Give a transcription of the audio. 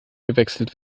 gewechselt